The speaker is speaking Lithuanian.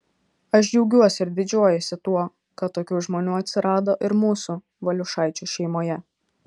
aš džiaugiuosi ir didžiuojuosi tuo kad tokių žmonių atsirado ir mūsų valiušaičių šeimoje